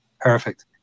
perfect